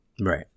Right